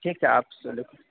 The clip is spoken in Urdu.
ٹھیک ہے آپ سنڈے کو